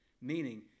Meaning